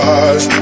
eyes